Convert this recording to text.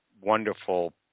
wonderful